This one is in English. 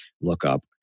lookup